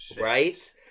Right